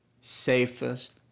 safest